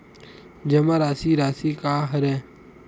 जमा राशि राशि का हरय?